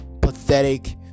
Pathetic